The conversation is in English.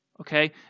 okay